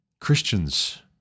Christians